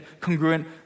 congruent